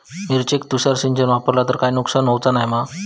मिरचेक तुषार सिंचन वापरला तर काय नुकसान होऊचा नाय मा?